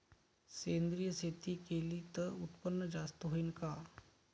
सेंद्रिय शेती केली त उत्पन्न जास्त होईन का?